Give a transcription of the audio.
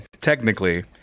technically